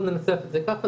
בוא ננסח את זה ככה,